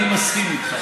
אני מסכים איתך.